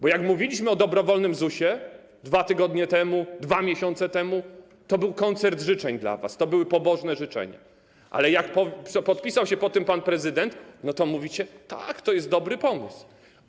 Bo jak mówiliśmy o dobrowolnym ZUS-ie 2 tygodnie temu, 2 miesiące temu, to był to dla was koncert życzeń, były to pobożne życzenia, ale jak podpisał się pod tym pan prezydent, to mówicie: tak, to jest dobry pomysł.